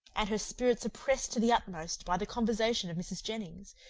and her spirits oppressed to the utmost by the conversation of mrs. jennings,